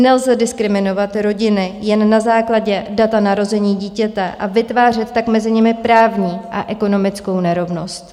Nelze diskriminovat rodiny jen na základě data narození dítěte a vytvářet tak mezi nimi právní a ekonomickou nerovnost.